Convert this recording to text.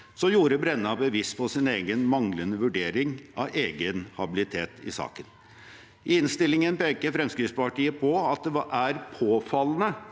som gjorde Brenna bevisst på sin egen manglende vurdering av egen habilitet i saken. I innstillingen peker Fremskrittspartiet på at det er påfallende